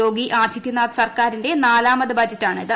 യോഗി ആദിത്യനാഥ് സർക്കാറിന്റെ നാലാമത് ബഡ്ജറ്റ് ആണ് ഇത്